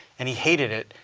and he hated it,